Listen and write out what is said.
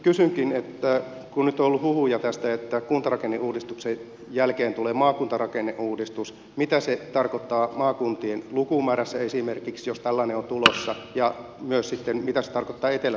kysynkin sitä kun nyt on ollut huhuja tästä että kuntarakenneuudistuksen jälkeen tulee maakuntarakenneuudistus mitä se tarkoittaa esimerkiksi maakuntien lukumäärässä jos tällainen on tulossa ja myös sitten sitä mitä se tarkoittaa etelä savon maakunnan kohdalla